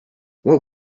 what